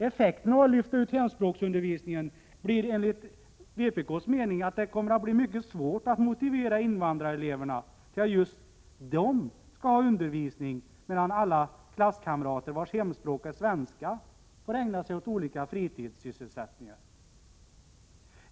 Effekten av att lyfta ut hemspråksundervisningen blir enligt vår mening att det kommer att bli mycket svårt att motivera invandrareleverna att delta i denna undervisning, medan alla de klasskamrater vilkas hemspråk är svenska får ägna sig åt olika fritidssysselsättningar.